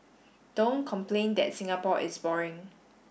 don't complain that Singapore is boring